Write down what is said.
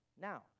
Now